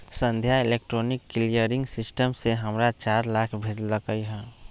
संध्या electronic clearing system से हमरा चार लाख भेज लकई ह